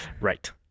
Right